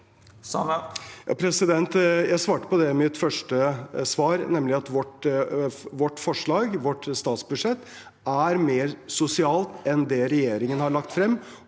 Jeg svarte på det i mitt første svar, nemlig at vårt forslag til statsbudsjett er mer sosialt enn det regjeringen har lagt frem,